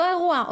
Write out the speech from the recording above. אותו אירוע,